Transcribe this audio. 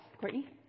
Courtney